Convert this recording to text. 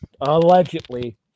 Allegedly